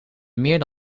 meer